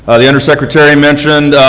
ah the undersecretary mentioned,